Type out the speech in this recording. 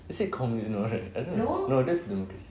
is it communist no right I don't know no that's democracy